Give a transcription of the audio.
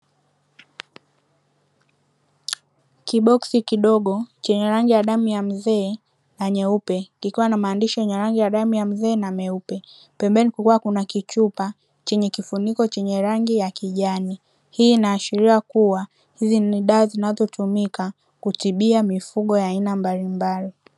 Kiboksi kidogo chenye rangi ya damu ya mzee na nyeupe, kikiwa na maandishi yenye damu ya mzee na meupe. Pembeni kukiwa kuna kichupa chenye kifuniko chenye rangi ya kijani. Hii inaashiria kuwa hizi ni dawa zinazotumika kutibia mifugo ya aina mbalimbali.